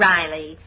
Riley